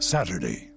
Saturday